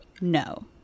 No